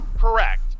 Correct